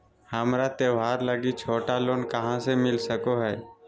हमरा त्योहार लागि छोटा लोन कहाँ से मिल सको हइ?